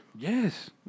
Yes